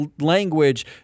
language